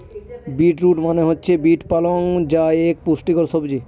beet root মনে হচ্ছে beet পালং যা এক পুষ্টিকর সবজি